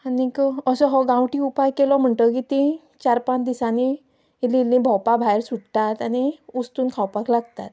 आनी असो हो गांवटी उपाय केलो म्हणटकच तीं चार पांच दिसांनी इल्लीं इल्लीं भोंवपाक भायर सुट्टात आनी उस्तून खावपाक लागतात